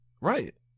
Right